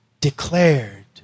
declared